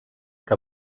que